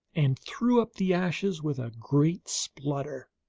and threw up the ashes with a great splutter.